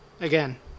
again